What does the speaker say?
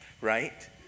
Right